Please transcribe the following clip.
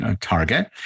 target